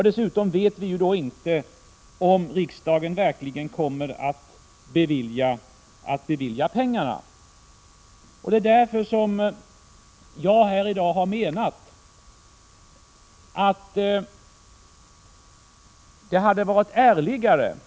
Dessutom vet vi ju då inte om riksdagen verkligen kommer att bevilja pengarna. Det är därför som jag här i dag har menat att det hade varit ärligare av de — Prot.